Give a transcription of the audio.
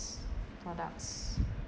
products